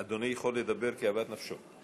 אדוני יכול לדבר כאוות נפשו.